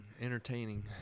Entertaining